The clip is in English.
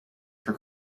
for